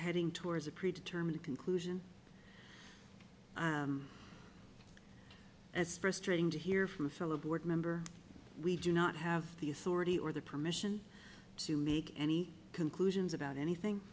heading towards a pre determined conclusion as frustrating to hear from a fellow board member we do not have the authority or the permission to make any conclusions about anything